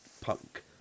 punk